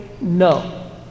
No